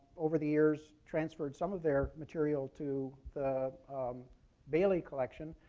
over the years, transferred some of their material to the bailey collection.